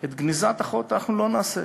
את גניזת החוק לא נעשה.